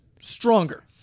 stronger